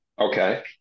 Okay